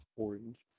Orange